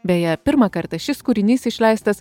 beje pirmą kartą šis kūrinys išleistas